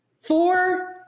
four